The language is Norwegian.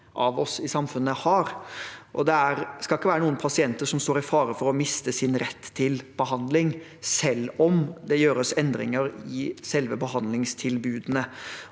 av oss i samfunnet har. Det skal ikke være noen pasienter som står i fare for å miste sin rett til behandling, selv om det gjøres endringer i selve behandlingstilbudene.